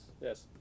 Yes